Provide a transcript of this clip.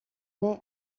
mener